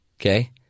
Okay